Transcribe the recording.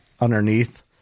underneath